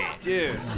Dude